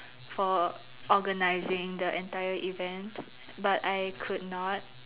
for organizing the entire event but I could not